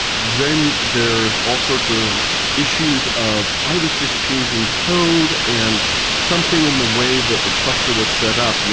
then there is all sorts of issues of, i was just changing code and something in the way that the cluster was set up, yeah